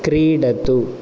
क्रीडतु